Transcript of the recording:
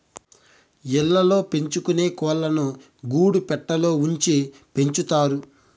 ఇళ్ళ ల్లో పెంచుకొనే కోళ్ళను గూడు పెట్టలో ఉంచి పెంచుతారు